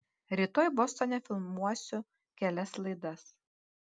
rytoj bostone filmuosiu kelias laidas